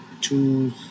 two